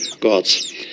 gods